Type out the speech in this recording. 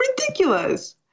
ridiculous